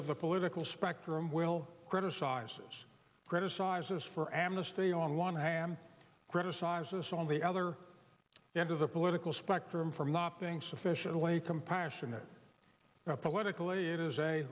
of the political spectrum will criticize us criticize us for amnesty on one hand criticize us on the other end of the political spectrum for not being sufficiently compassionate politically it is a